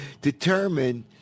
determine